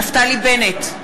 נפתלי בנט,